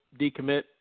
decommit